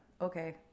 Okay